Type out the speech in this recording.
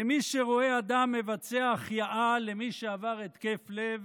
למי שרואה אדם מבצע החייאה במי שעבר התקף לב